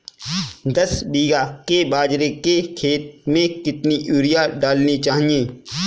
दस बीघा के बाजरे के खेत में कितनी यूरिया डालनी चाहिए?